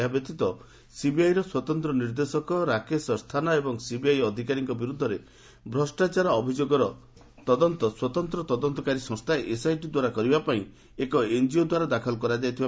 ଏହା ବ୍ୟତୀତ ସିବିଆଇ ର ସ୍ୱତନ୍ତ୍ର ନିର୍ଦ୍ଦେଶକ ରାକେଶ ଅସ୍ଥାନା ଏବଂ ସିବିଆଇ ଅଧିକାରୀଙ୍କ ବିରୁଦ୍ଧରେ ଭ୍ରଷ୍ଟାଚାର ଅଭିଯୋଗର ତଦନ୍ତ ସ୍ୱତନ୍ତ୍ର ତଦନ୍ତକାରୀ ସଂସ୍ଥା ଏସ୍ଆଇଟି ଦ୍ୱାରା କରିବା ପାଇଁ ଏକ ଏନ୍କିଓ ଦ୍ୱାରା ଦାଖଲ କରାଯାଇଥିଲା